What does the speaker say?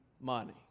money